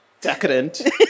Decadent